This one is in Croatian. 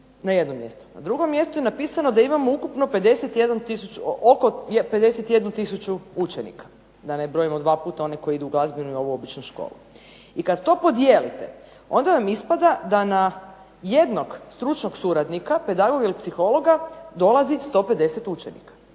Na drugom mjestu je napisano da imamo ukupno 51 tisuću, oko 51 tisuću učenika. Da ne brojimo dva puta one koji idu u glazbenu, i ovu običnu školu. I kad to podijelite onda vam ispada da na jednog stručnog suradnika, pedagoga ili psihologa dolazi 150 učenika.